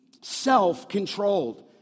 self-controlled